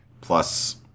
Plus